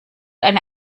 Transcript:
eine